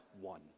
one